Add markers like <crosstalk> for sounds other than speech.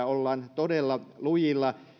<unintelligible> ollaan todella lujilla